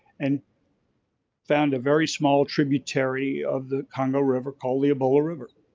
and found a very small tributary of the congo river called the ebola river.